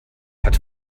hat